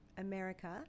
America